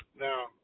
Now